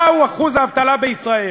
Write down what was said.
מהו אחוז האבטלה בישראל?